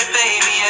baby